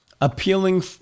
appealing